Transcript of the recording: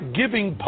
giving